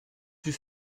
plus